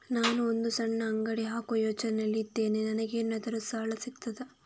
ನಾನು ಒಂದು ಸಣ್ಣ ಅಂಗಡಿ ಹಾಕುವ ಯೋಚನೆಯಲ್ಲಿ ಇದ್ದೇನೆ, ನನಗೇನಾದರೂ ಸಾಲ ಸಿಗ್ತದಾ?